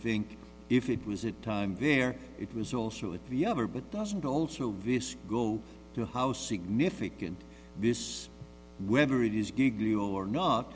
think if it was a time there it was also at the other but doesn't also go to how significant this whether it is or not